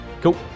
Cool